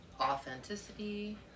authenticity